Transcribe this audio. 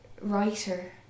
writer